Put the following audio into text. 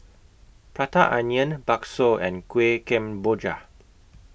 Prata Onion Bakso and Kueh Kemboja